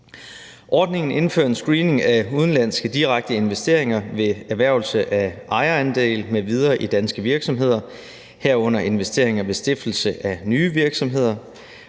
Ordningen indfører en screening af udenlandske direkte investeringer ved erhvervelse af ejerandele m.v. i danske virksomheder, herunder investeringer ved stiftelse af nye virksomheder.